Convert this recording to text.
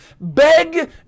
beg